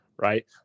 right